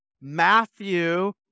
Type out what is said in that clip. Matthew